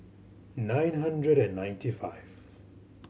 nine hundred and ninety five